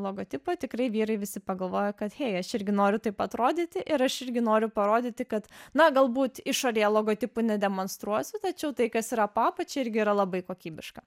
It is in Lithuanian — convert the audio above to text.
logotipą tikrai vyrai visi pagalvojo kad hei aš irgi noriu taip atrodyti ir aš irgi noriu parodyti kad na galbūt išorėje logotipų nedemonstruosiu tačiau tai kas yra po apačia irgi yra labai kokybiška